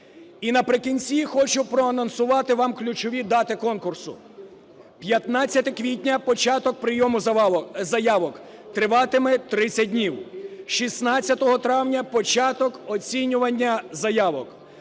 І наприкінці хочу проанонсувати вам ключові дати конкурсу: 15 квітня – початок прийому заявок (триватиме 30 днів), з 16 травня – початок оцінювання заявок,